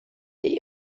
est